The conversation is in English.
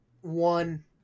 one